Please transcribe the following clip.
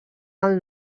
alt